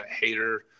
hater